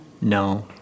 No